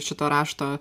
šito rašto